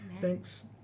thanks